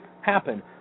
happen